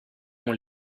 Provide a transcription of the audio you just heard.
ont